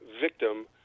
victim